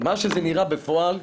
שזה שנראה בפועל,